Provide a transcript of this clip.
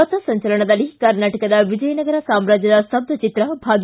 ಪಥಸಂಚಲನದಲ್ಲಿ ಕರ್ನಾಟಕದ ವಿಜಯನಗರ ಸಾಮ್ರಾಜ್ಯದ ಸ್ಥಬ್ಧಚಿತ್ರ ಭಾಗಿ